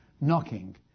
knocking